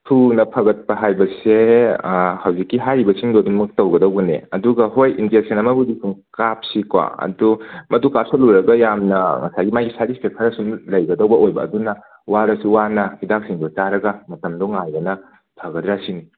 ꯊꯨꯅ ꯐꯒꯠꯄ ꯍꯥꯏꯕꯁꯦ ꯍꯧꯖꯤꯛꯀꯤ ꯍꯥꯏꯔꯤꯕꯁꯤꯡꯗꯣ ꯑꯗꯨꯃꯛ ꯇꯧꯒꯗꯧꯕꯅꯦ ꯑꯗꯨꯒ ꯍꯣꯏ ꯏꯟꯖꯦꯛꯁꯟ ꯑꯃꯒꯕꯨꯗꯤ ꯀꯥꯞꯁꯤꯀꯣ ꯑꯗꯣ ꯃꯗꯨ ꯀꯥꯞꯁꯤꯜꯂꯨꯔꯒ ꯌꯥꯝꯅ ꯉꯁꯥꯏꯒꯤ ꯃꯥꯒꯤ ꯁꯥꯏꯠ ꯏꯐꯦꯛ ꯈꯔꯁꯨ ꯂꯩꯒꯗꯧꯕ ꯑꯣꯏꯕ ꯑꯗꯨꯅ ꯋꯥꯔꯁꯨ ꯋꯥꯅ ꯍꯤꯗꯥꯛꯁꯤꯡꯗꯣ ꯆꯥꯔꯒ ꯃꯇꯝꯗꯣ ꯉꯥꯏꯕꯅ ꯐꯒꯗ꯭ꯔꯥ ꯁꯤꯅꯤ